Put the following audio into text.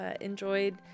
enjoyed